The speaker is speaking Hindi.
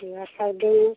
फ़िर अच्छा दें